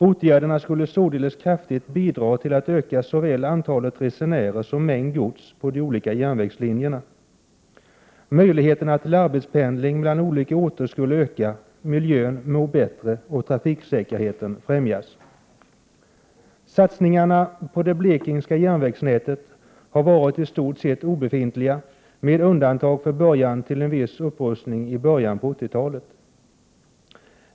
Åtgärderna skulle således kraftigt bidra till att öka såväl antalet resenärer som mängden gods på de olika järnvägslinjerna. Möjligheterna till arbetspendling mellan olika orter skulle öka, miljön må bättre och trafiksäkerheten främjas. Satsningarna på det blekingska järnvägsnätet har varit i stort sett obefintliga, med undantag för inledningen till en viss upprustning i början på 80-talet.